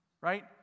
Right